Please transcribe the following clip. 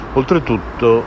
oltretutto